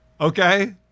okay